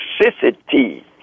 toxicity